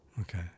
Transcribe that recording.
Okay